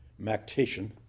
mactation